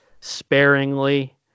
sparingly